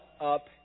up